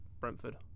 Brentford